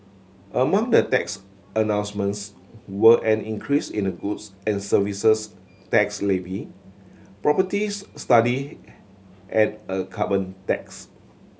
among the tax announcements were an increase in the goods and Services Tax levy properties study and a carbon tax